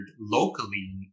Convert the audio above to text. locally